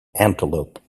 antelope